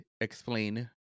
explain